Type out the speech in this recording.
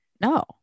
no